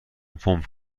پمپ